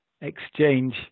exchange